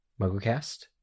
MuggleCast